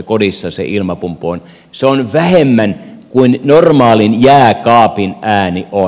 se on vähemmän kuin normaalin jääkaapin ääni on